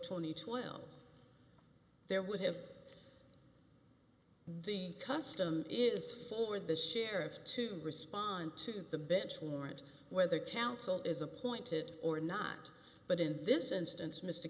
and twelve there would have the custom is for the sheriff to respond to the bench warrant whether counsel is appointed or not but in this instance m